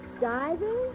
Diving